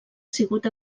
sigut